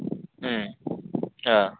ம் ஆ